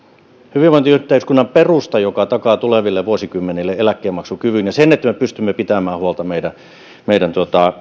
hyvinvointiyhteiskunnan perustan joka takaa tuleville vuosikymmenille eläkkeenmaksukyvyn ja sen että me pystymme pitämään huolta meidän meidän